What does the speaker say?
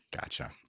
gotcha